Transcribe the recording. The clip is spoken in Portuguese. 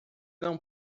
não